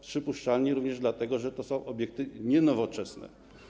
Przypuszczalnie również dlatego, że to są obiekty nienowoczesne.